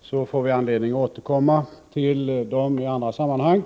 får vi anledning att återkomma till i andra sammanhang.